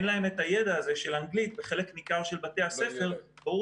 אין להם את הידע הזה של אנגלית ובחלק ניכר של בתי הספר ברור